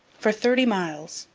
for thirty miles,